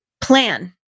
plan